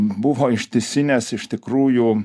buvo ištisinės iš tikrųjų